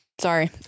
Sorry